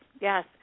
yes